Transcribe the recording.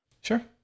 Sure